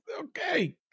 okay